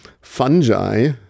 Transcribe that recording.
fungi